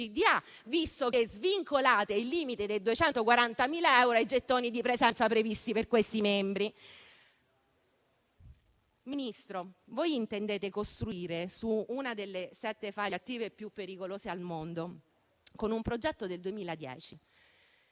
visto che svincolate dal limite dei 240.000 euro i gettoni di presenza previsti per questi membri. Signor Ministro, voi intendete costruire su una delle sette faglie attive più pericolose al mondo, con un progetto del 2010,